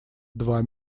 два